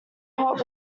hot